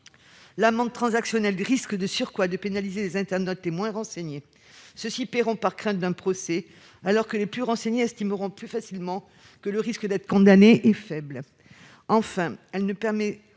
L'amende transactionnelle risque de surcroît de pénaliser les internautes les moins renseignés : ceux-ci paieront par crainte d'un procès, alors que ceux qui sont le plus au fait des choses estimeront plus facilement que le risque d'être condamné est faible. Enfin, elle ne permet